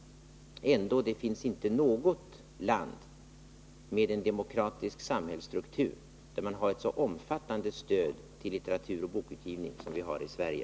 Ändå skulle jag vilja säga att det inte finns något land med en demokratisk samhällsstruktur där man har ett så omfattande stöd till litteratur och bokutgivning som vi har i Sverige.